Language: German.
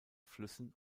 flüssen